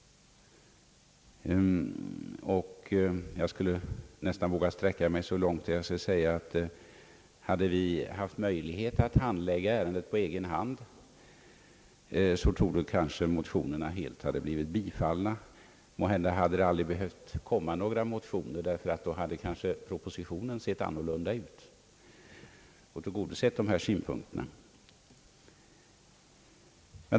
Jag skulle nästan våga sträcka mig så långt att jag säger, att om vi hade haft möjlighet att handlägga ärendet på egen hand, så torde motionerna ha blivit helt bifallna. Måhända hade det i en sådan situation inte ens behövt komma några motioner, därför att då hade propositionen kanske sett annorlunda ut och tillgodosett dessa synpunkter.